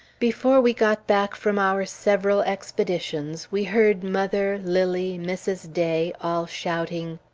before we got back from our several expeditions, we heard mother, lilly, mrs. day, all shouting,